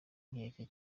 nkeke